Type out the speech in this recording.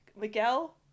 Miguel